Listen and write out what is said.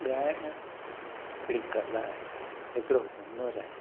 ॻाइण हिकिड़ी कला आहे हिकिड़ो हुनुरु आहे